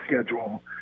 schedule